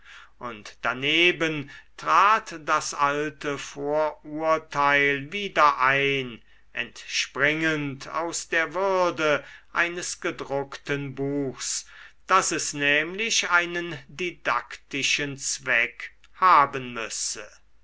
und daneben trat das alte vorurteil wieder ein entspringend aus der würde eines gedruckten buchs daß es nämlich einen didaktischen zweck haben müsse